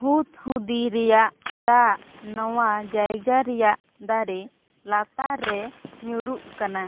ᱦᱩᱫ ᱦᱩᱫᱤ ᱨᱮᱭᱟᱜ ᱫᱟᱜ ᱱᱚᱣᱟ ᱡᱟᱭᱜᱟ ᱨᱮᱭᱟᱜ ᱫᱟᱨᱮ ᱞᱟᱛᱟᱨ ᱨᱮ ᱧᱩᱨᱩᱜ ᱠᱟᱱᱟ